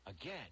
Again